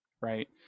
right